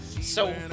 so-